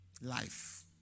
life